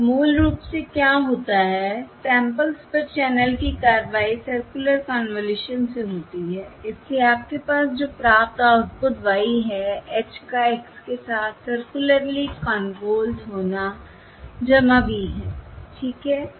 अब मूल रूप से क्या होता है सैंपल्स पर चैनल की कार्रवाई सर्कुलर कन्वॉल्यूशन से होती है इसलिए आपके पास जो प्राप्त आउटपुट y है h का x के साथ सर्कुलरली कन्वॉल्वड होना v है ठीक है